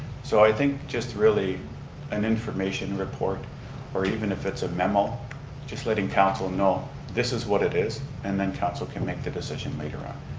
so i think just really an information report or even if it's a memo just letting council know this is what it is and then council can make the decision later on.